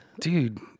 dude